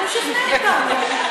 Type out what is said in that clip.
והוא שכנע אותנו.